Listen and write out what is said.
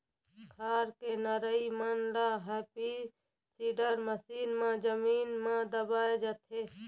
खार के नरई मन ल हैपी सीडर मसीन म जमीन म दबाए जाथे